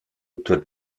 autour